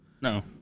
No